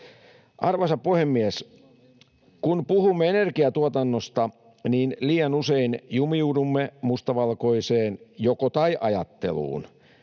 Arvoisa puhemies! Kun puhumme energiantuotannosta, liian usein jumiudumme mustavalkoiseen joko—tai-ajatteluun.